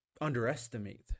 underestimate